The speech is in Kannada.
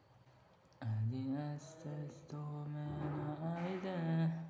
ನನ್ನ ಕ್ರೆಡಿಟ್ ಕಾರ್ಡ್ ವರ್ಕ್ ಆಗ್ತಿಲ್ಲ ಅದ್ಕೆ ನಾನು ಎಂತ ಮಾಡಬೇಕು?